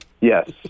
yes